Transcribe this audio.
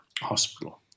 Hospital